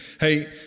hey